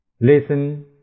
Listen